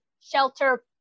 shelter